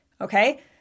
okay